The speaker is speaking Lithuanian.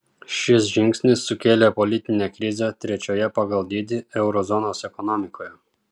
šis žingsnis sukėlė politinę krizę trečioje pagal dydį euro zonos ekonomikoje